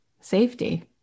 Safety